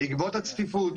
בעקבות הצפיפות,